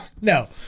No